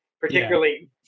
particularly